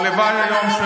הלוואי היום,